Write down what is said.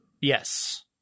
Yes